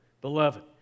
beloved